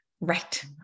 Right